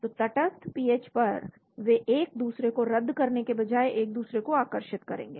तो तटस्थ पीएच पर वे एक दूसरे को रद्द करने के बजाय एक दूसरे को आकर्षित करेंगे